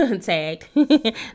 tag